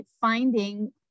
finding